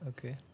Okay